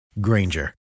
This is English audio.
Granger